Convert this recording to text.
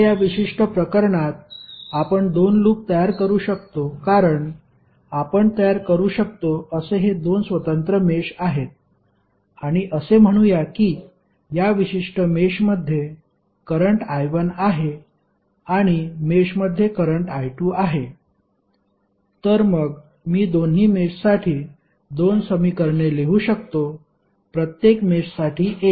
आता या विशिष्ट प्रकरणात आपण दोन लूप तयार करू शकतो कारण आपण तयार करू शकतो असे हे दोन स्वतंत्र मेष आहेत आणि असे म्हणूया की या विशिष्ट मेषमध्ये करंट I1 आहे आणि मेषमध्ये करंट I2 आहे तर मग मी दोन्ही मेषसाठी दोन समीकरणे लिहू शकतो प्रत्येक मेषसाठी एक